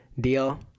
deal